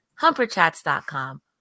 Humperchats.com